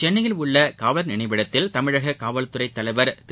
சென்னையில் உள்ள காவலர் நினைவிடத்தில் தமிழக காவல்துறை தலைவர் திரு